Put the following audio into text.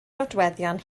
nodweddion